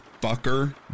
fucker